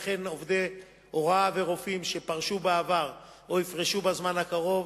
וכן עובדי הוראה ורופאים שפרשו בעבר או יפרשו בזמן הקרוב,